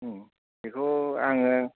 बेखौ आङो